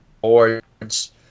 boards